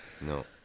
No